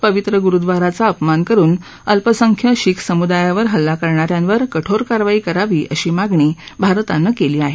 पवित्र ग्रुद्वाराचा अपमान करुन अल्पसंख्य शीख सम्दायावर हल्ला करणाऱ्यांवर कठोर कारवाई करावी अशी मागणी भारतानं केली आहे